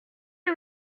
que